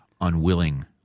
Unwilling